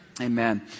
Amen